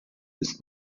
ist